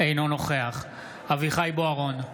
אינו נוכח אביחי אברהם בוארון,